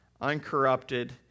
uncorrupted